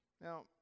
Now